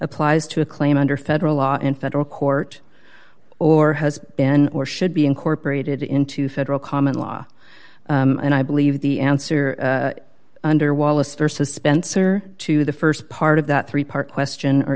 applies to a claim under federal law in federal court or has been or should be incorporated into federal common law and i believe the answer under wallace vs spencer to the st part of that three part question or